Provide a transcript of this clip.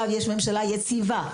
עכשיו יש ממשלה יציבה.